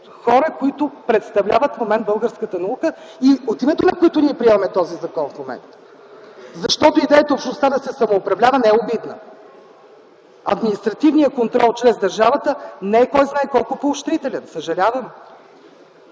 хора, които представляват в момента българската наука и от името на които ние приемаме този закон в момента. Защото идеята общността да се самоуправлява не е обидна. Административният контрол чрез държавата не е кой знае колко поощрителен. Съжалявам!